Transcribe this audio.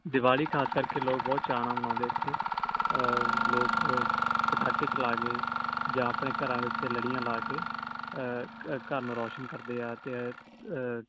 ਦਿਵਾਲੀ ਖਾਸ ਕਰਕੇ ਲੋਕ ਬਹੁਤ ਚਾਅ ਨਾਲ ਮਨਾਉਂਦੇ ਇੱਥੇ ਲੋਕ ਪਟਾਕੇ ਚਲਾ ਕੇ ਜਾਂ ਆਪਣੇ ਘਰਾਂ ਦੇ ਉੱਤੇ ਲੜੀਆਂ ਲਾ ਕੇ ਘ ਘਰ ਨੂੰ ਰੌਸ਼ਨ ਕਰਦੇ ਆ ਅਤੇ